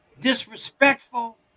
disrespectful